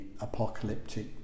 apocalyptic